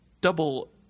Double